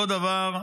אותו דבר,